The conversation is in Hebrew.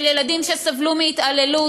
של ילדים שסבלו מהתעללות,